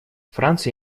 франция